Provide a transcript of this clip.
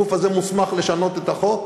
הגוף הזה מוסמך לשנות את החוק.